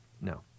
No